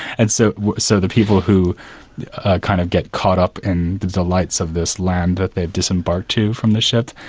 and so so the people who kind of get caught up in the lights of this land that they've disembarked to from the ship,